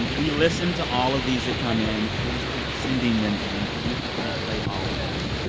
we listen to all of these that come in. please keep sending them in, even if we can't play all of them.